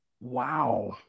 Wow